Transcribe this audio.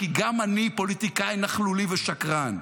כי גם אני פוליטיקאי נכלולי ושקרן.